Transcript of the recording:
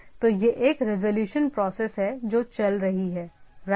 तो यह एक रेजोल्यूशन प्रोसेस है जो चल रही है राइट